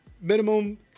Minimum